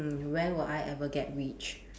when will I ever get rich